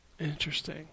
Interesting